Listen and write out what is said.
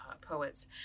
poets